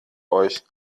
euch